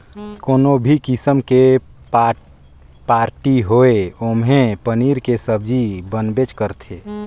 कोनो भी किसिम के पारटी होये ओम्हे पनीर के सब्जी बनबेच करथे